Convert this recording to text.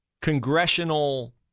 congressional